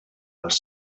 els